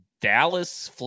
Dallas